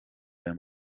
aya